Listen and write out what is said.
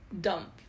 dump